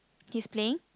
he's playing